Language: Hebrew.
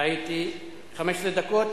15 דקות.